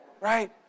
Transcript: right